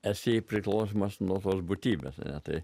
esi priklausomas nuo tos būtybės tai